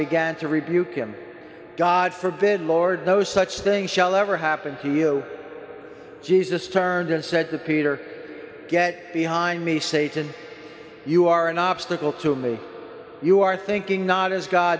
began to rebuke him god forbid lord no such thing shall ever happen to you jesus turned and said to peter get behind me satan you are an obstacle to me you are thinking not as god